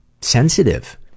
sensitive